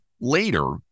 later